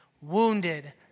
Wounded